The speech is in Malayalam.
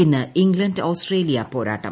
ഇന്ന് ഇംഗ്ലണ്ട് ഓസ്ട്രേലിയ പോരാട്ടം